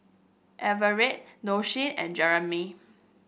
Everett Doshie and Jeramie